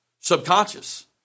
subconscious